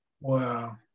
Wow